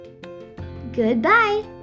Goodbye